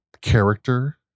character